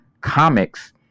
comics